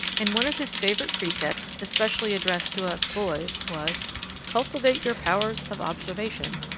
and one of his favourite precepts especially addressed to us boys was cultivate your powers of observation.